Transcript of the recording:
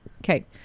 okay